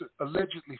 allegedly